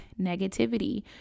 negativity